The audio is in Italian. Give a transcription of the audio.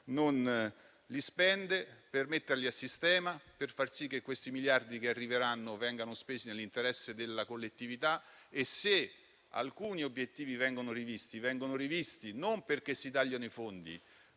fondi europei), per metterli a sistema, per far sì che questi miliardi che arriveranno vengano spesi nell'interesse della collettività, e se alcuni obiettivi vengono rivisti, vengono rivisti non perché si tagliano i fondi,